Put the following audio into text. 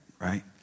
right